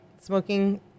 smoking